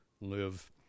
live